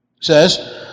says